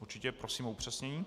Určitě, prosím o upřesnění.